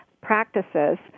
practices